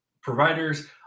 providers